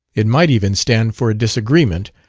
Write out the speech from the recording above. it might even stand for a disagreement,